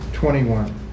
Twenty-one